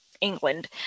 England